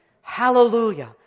Hallelujah